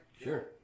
Sure